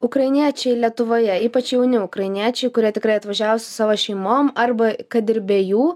ukrainiečiai lietuvoje ypač jauni ukrainiečiai kurie tikrai atvažiavo su savo šeimom arba kad ir be jų